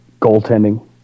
goaltending